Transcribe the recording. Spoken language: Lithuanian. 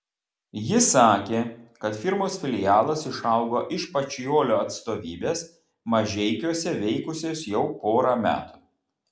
ji sakė kad firmos filialas išaugo iš pačiolio atstovybės mažeikiuose veikusios jau porą metų